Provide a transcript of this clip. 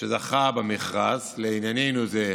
שזכה במכרז, לענייננו זו